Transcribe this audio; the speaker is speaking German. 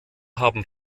haben